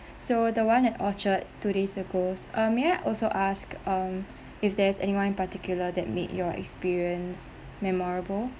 so the one at orchard today circles um may I also ask um if there's anyone in particular that made your experience memorable